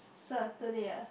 Saturday ah